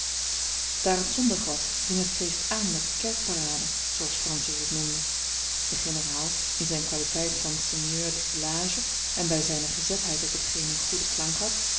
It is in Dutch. daar het zondag was ving het feest aan met kerkparade zooals francis het noemde de generaal in zijn kwaliteit van seigneur de village en bij zijne gezetheid op t geen een goeden klank had